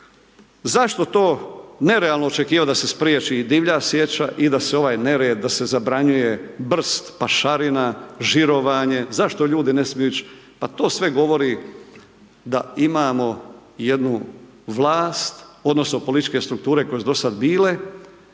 zašto to nerealno je očekivat da se spriječi divlja sječa i da se ovaj nered zabranjuje brst, pašarina, žirovanje, zašto ljudi ne smiju ići, pa to sve govori da imamo jednu vlast odnosno političke strukture koje su dosad bile